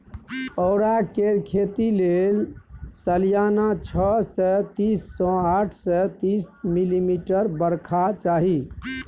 औरा केर खेती लेल सलियाना छअ सय तीस सँ आठ सय तीस मिलीमीटर बरखा चाही